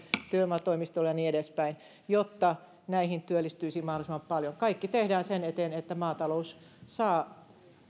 työvoimatoimistoille ja niin edespäin jotta näihin työllistyisi mahdollisimman paljon kaikki tehdään sen eteen että maatalous saa